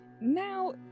Now